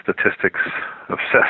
statistics-obsessed